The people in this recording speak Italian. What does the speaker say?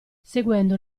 seguendo